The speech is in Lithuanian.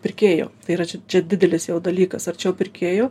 pirkėjo tai yra čia čia didelis dalykas arčiau pirkėjo